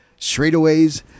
straightaways